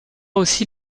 aussi